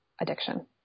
addiction